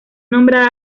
nombrada